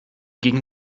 gegen